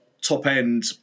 top-end